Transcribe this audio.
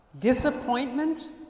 disappointment